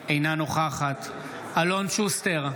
נוכחת אלון שוסטר,